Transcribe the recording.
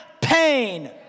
pain